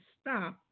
stop